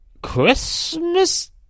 Christmas